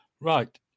Right